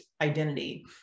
identity